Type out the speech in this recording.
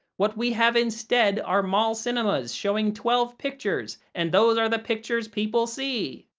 what we have instead are mall cinemas showing twelve pictures and those are the pictures people see.